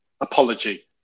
apology